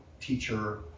teacher